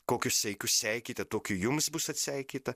kokiu seikiu seikite tokiu jums bus atseikėta